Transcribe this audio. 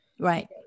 Right